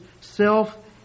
self